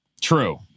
True